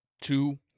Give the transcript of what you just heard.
two